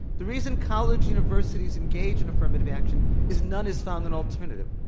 the reason college universities engage in affirmative action is none has found an alternative.